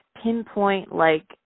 pinpoint-like